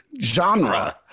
genre